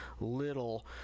Little